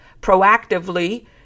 proactively